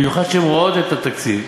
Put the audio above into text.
במיוחד כשהן רואות את התקציב,